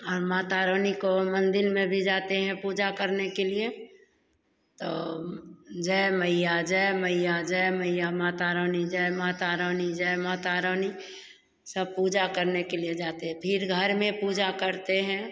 और माता रानी का मंदिर में भी जाते हैं पूजा करने के लिए तो जय मैया जय मैया जय मैया माता रानी जय माता रानी जय माता रानी सब पूजा करने के लिए जाते है फिर घर में पूजा करते हैं